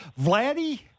Vladdy